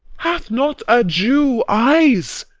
hath not a jew eyes?